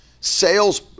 sales